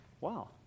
Wow